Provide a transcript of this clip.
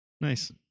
Nice